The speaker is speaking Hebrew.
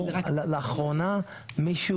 מישהו